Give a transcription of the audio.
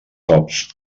cops